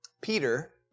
Peter